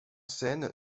scène